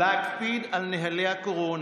להקפיד על נוהלי הקורונה.